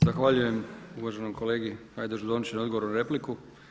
Zahvaljujem uvaženom kolegi Hajdaš-Dončiću na odgovoru na repliku.